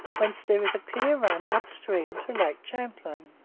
whence there is a clear run upstream to lake champlain.